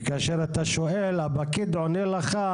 וכאשר אתה שואל, הפקיד עונה לך